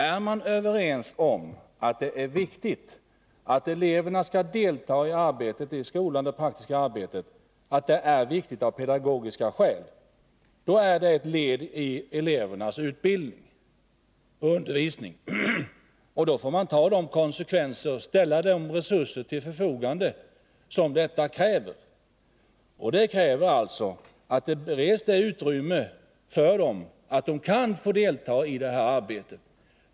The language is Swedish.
Är man överens om att det av pedagogiska skäl är viktigt att eleverna deltar i skolans praktiska arbete, att det är ett led i elevernas utbildning och undervisning, då får man ta de konsekvenser som blir och ställa upp med de resurser som detta kräver. Det måste alltså beredas ett utrymme för dem att kunna delta i detta arbete.